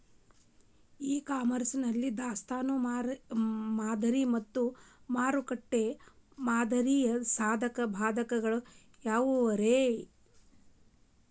E commerce ನಲ್ಲಿ ದಾಸ್ತಾನು ಮಾದರಿ ಮತ್ತ ಮಾರುಕಟ್ಟೆ ಮಾದರಿಯ ಸಾಧಕ ಬಾಧಕಗಳ ಯಾವವುರೇ?